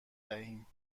دهیم